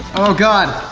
oh god!